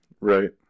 Right